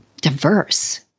diverse